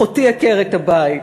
אחותי עקרת-הבית,